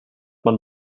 man